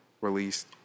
Released